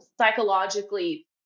psychologically